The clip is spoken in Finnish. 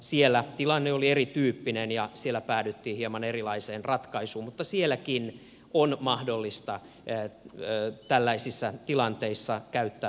siellä tilanne oli erityyppinen ja siellä päädyttiin hieman erilaiseen ratkaisuun mutta sielläkin on mahdollista tällaisissa tilanteissa käyttää poikkeuslupia